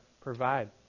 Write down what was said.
provide